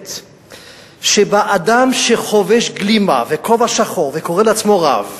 נסבלת שבה אדם שחובש גלימה וכובע שחור וקורא לעצמו רב,